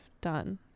done